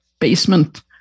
basement